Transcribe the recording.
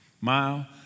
mile